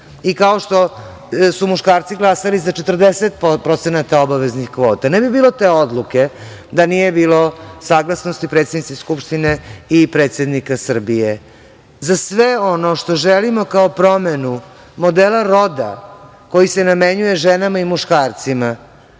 i kao što su muškarci glasali za 40% obaveznih kvota, ne bi bilo te odluke da nije bilo saglasnosti predsednice Skupštine i predsednika Srbije.Za sve ono što želimo kao promenu, modela roda koji se namenjuje ženama i muškarcima,